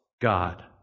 God